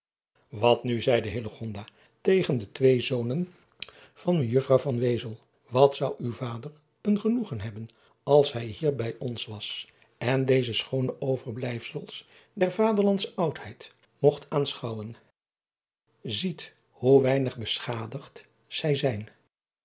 nu zeide tegen de twee zonen van ejuffrouw wat zou uw vader een genoegen hebben als hij hier bij ons was en deze schoone overblijfsels der vaderlandsche oudheid mogt aanschouwen iet hoe weinig beschadigd zij zijn